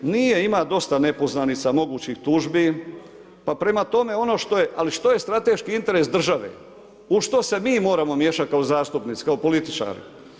Nije, ima dosta nepoznanica, mogućih tužbi pa prema tome, ali što je strateški interes države, u što se mi moramo miješat kao zastupnici, kao političari?